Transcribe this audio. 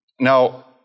Now